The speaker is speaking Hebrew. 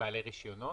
בעלי רישיונות?